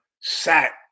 sat